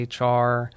HR